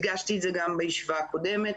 הדגשתי את זה גם בישיבה הקודמת.